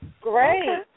Great